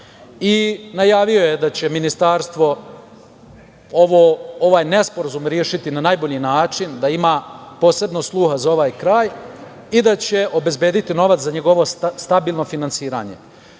i najavio je da će Ministarstvo ovaj nesporazum rešiti na najbolji način, da ima posebno sluha za ovaj kraj i da će obezbediti novac za njegovo stabilno finansiranje